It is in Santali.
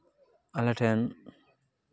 ᱟᱞᱮ ᱴᱷᱮᱱ